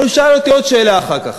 אבל הוא שאל אותי עוד שאלה אחר כך.